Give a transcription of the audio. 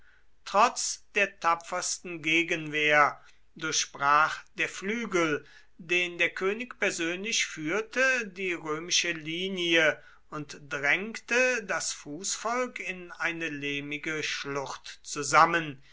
trotz der tapfersten gegenwehr durchbrach der flügel den der könig persönlich führte die römische linie und drängte das fußvolk in eine lehmige schlucht zusammen